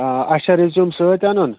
آ اَسہِ چھا ریٚزوٗم سۭتۍ اَنُن